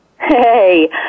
Hey